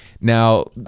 Now